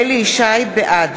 בעד